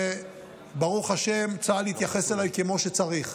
וברוך השם, צה"ל התייחס אליי כמו שצריך.